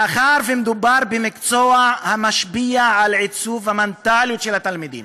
מאחר שמדובר במקצוע המשפיע על עיצוב המנטליות של התלמידים